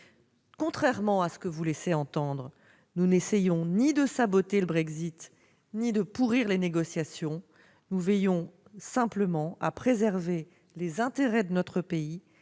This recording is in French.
Contrairement à ce que vous laissez entendre, madame Kauffmann, nous n'essayons ni de « saboter le Brexit » ni de « pourrir les négociations »; nous veillons simplement à préserver les intérêts de notre pays,